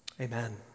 amen